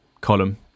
column